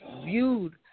viewed